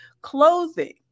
clothing